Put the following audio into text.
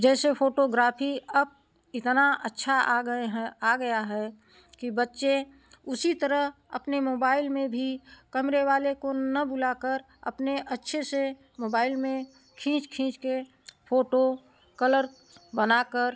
जैसे फोटोग्राफी अब इतना अच्छा आ गए हैं आ गया है कि बच्चे उसी तरह अपने मोबाइल में भी कैमरे वाले को न बुला कर अपने अच्छे से मोबाइल में खींच खींच कर फोटो कलर बना कर